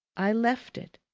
i left it,